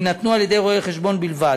יינתנו על-ידי רואה-חשבון בלבד,